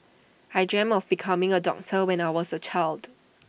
I dreamt of becoming A doctor when I was A child